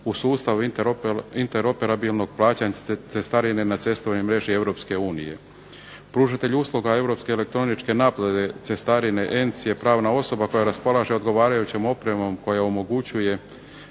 u sustavu interoperabilnog plaćanja cestarine na cestovnoj mreži EU. Pružatelji usluga europske elektroničke naplate cestarine ENC je pravna osoba koja raspolaže odgovarajućom opremom koja omogućuje